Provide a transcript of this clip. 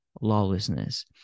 lawlessness